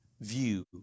view